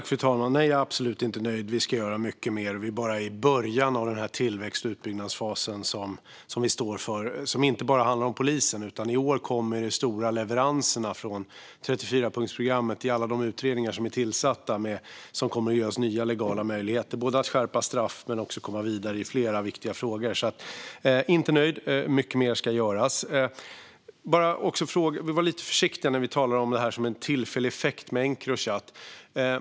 Fru talman! Nej, jag är absolut inte nöjd. Vi ska göra mycket mer. Vi är bara i början av den här tillväxt och utbyggnadsfasen, som inte bara handlar om polisen. I år kommer också de stora leveranserna från 34punktsprogrammet i alla de utredningar som är tillsatta. Det kommer att ge oss nya legala möjligheter att både skärpa straff och komma vidare i flera viktiga frågor. Jag är inte nöjd. Mycket mer ska göras. Man ska vara lite försiktig när man talar om det här med Encrochat som en tillfällig effekt.